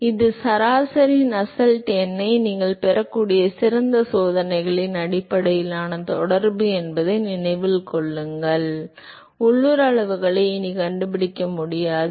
எனவே இது வழங்கியது எனவே இது சராசரி நஸ்ஸெல்ட் எண்ணை நீங்கள் பெறக்கூடிய சிறந்த சோதனைகளின் அடிப்படையிலான தொடர்பு என்பதை நினைவில் கொள்ளவும் நீங்கள் உள்ளூர் அளவுகளை இனி கண்டுபிடிக்க முடியாது